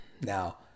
Now